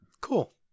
cool